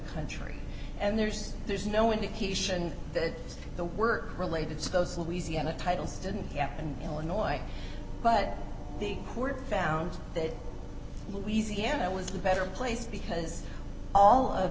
country and there's there's no indication that the work related suppose louisiana titles didn't happen illinois but the court found that louisiana was the better place because all of